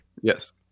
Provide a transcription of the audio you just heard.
Yes